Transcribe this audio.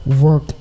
work